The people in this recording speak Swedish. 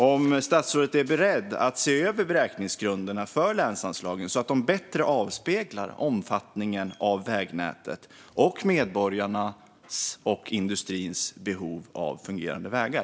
Är statsrådet beredd att se över beräkningsgrunderna för länsanslagen så att de bättre avspeglar omfattningen av vägnätet samt medborgarnas och industrins behov av fungerande vägar?